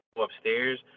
upstairs